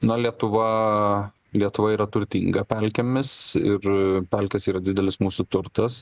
na lietuva lietuva yra turtinga pelkėmis ir pelkės yra didelis mūsų turtas